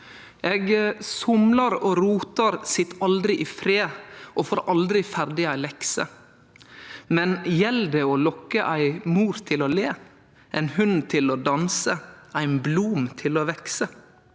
Eg somlar og rotar, sit aldri i fred og får aldri ferdig ei lekse. Men gjeld det å lokke ei mor til å le, ein hund til å danse, ein blom til å vekse